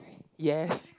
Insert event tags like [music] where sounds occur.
yes [breath]